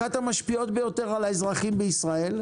אחת המשפיעות ביותר על האזרחים בישראל,